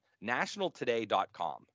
nationaltoday.com